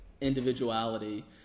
individuality